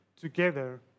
together